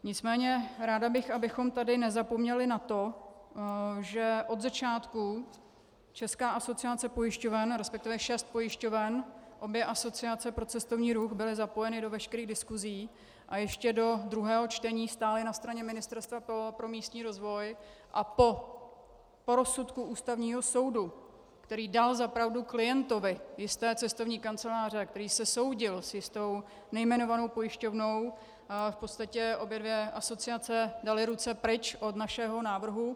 Nicméně ráda bych, abychom tady nezapomněli na to, že od začátku Česká asociace pojišťoven, resp. šest pojišťoven, obě asociace pro cestovní ruch byly zapojeny do veškerých diskusí a ještě do druhého čtení stály na straně Ministerstva pro místní rozvoj a po rozsudku Ústavního soudu, který dal za pravdu klientovi jisté cestovní kanceláře a který se soudil s jistou nejmenovanou pojišťovnou, v podstatě obě dvě asociace daly ruce pryč od našeho návrhu.